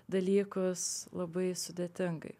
dalykus labai sudėtingai